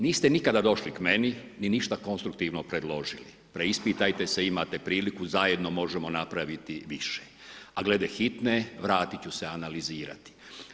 Niste nikada došli k meni ni ništa konstruktivno predložili, preispitajte se imate priliku zajedno možemo napraviti više, a glede hitne vratit ću se analizirati.